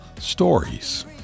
Stories